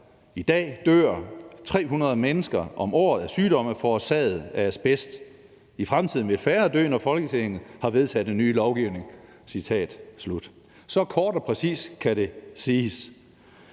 I dag dør 300 om året af sygdomme forårsaget af asbest. I fremtiden vil færre dø, når Folketinget har vedtaget ny lovgivning.« Så kort og præcist kan det siges.